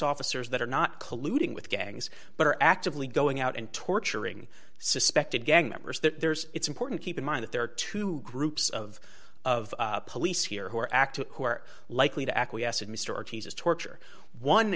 officers that are not colluding with gangs but are actively going out and torturing suspected gang members there's it's important keep in mind that there are two groups of of police here who are active who are likely to acquiesce and mr ortiz is torture one